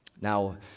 Now